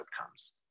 outcomes